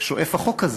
שואף החוק הזה,